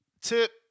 Tip